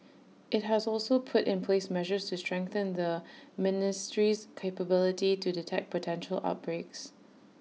IT has also put in place measures to strengthen the ministry's capability to detect potential outbreaks